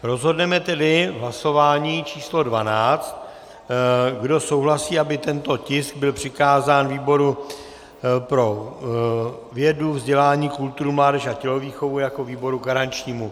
Rozhodneme tedy v hlasování číslo 12, kdo souhlasí, aby tento tisk byl přikázán výboru pro vědu, vzdělání, kulturu, mládež a tělovýchovu jako výboru garančnímu.